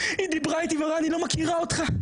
אמרה לי: "אני לא מכירה אותך,